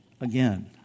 again